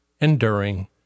enduring